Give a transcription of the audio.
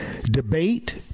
debate